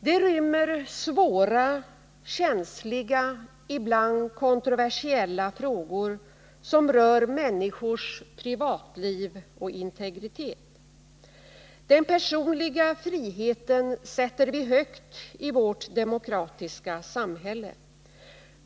Det rymmer svåra, känsliga, ibland kontroversiella frågor, som rör människors privatliv och integritet. Den personliga friheten sätter vi högt i vårt demokratiska samhälle.